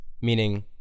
meaning